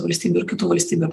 valstybių ir kitų valstybių